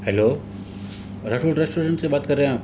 hello Rathore restaurant से बात कर रहे आप